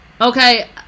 Okay